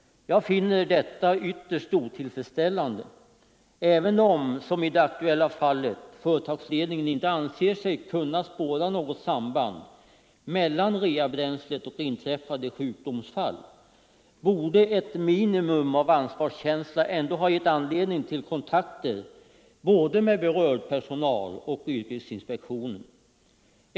Jag finner detta ytterst otillfredsställande. Även om företagsledningen i det aktuella fallet inte anser sig kunna spåra något samband mellan reabränslet och inträffade sjukdomsfall borde ett minimum av ansvarskänsla ändå ha givit anledning till kontakter både med berörd personal och med yrkesinspektionen.